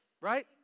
Right